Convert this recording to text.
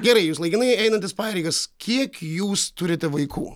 gerai jūs laikinai einantis pareigas kiek jūs turite vaikų